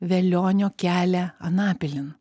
velionio kelią anapilin